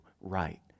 right